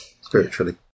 Spiritually